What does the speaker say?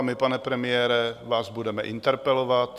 My, pane premiére, vás budeme interpelovat.